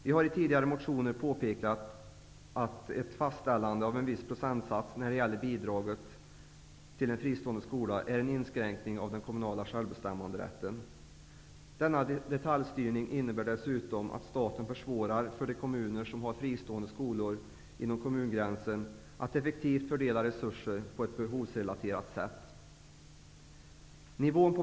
Vi har i tidigare motioner påpekat att ett fastställande av en viss procentsats när det gäller bidraget till en fristående skola är en inskränkning av den kommunala självbestämmanderätten. Denna detaljstyrning innebär dessutom att staten försvårar för de kommuner som har fristående skolor inom kommungränsen att effektivt fördela resurser på ett behovsrelaterat sätt.